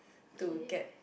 to get